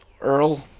Earl